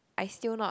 I still not